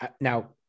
now